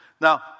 Now